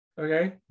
okay